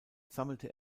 sammelte